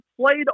played